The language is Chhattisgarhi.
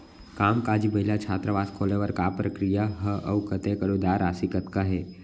कामकाजी महिला छात्रावास खोले बर का प्रक्रिया ह अऊ कतेक अनुदान राशि कतका हे?